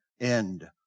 end